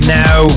now